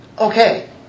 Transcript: Okay